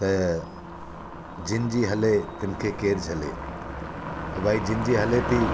त जंहिंजी हले तिन खे केर झले त भई जंहिंजी हले थी